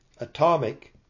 atomic